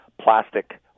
plastic